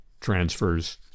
transfers